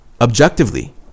objectively